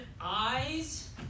eyes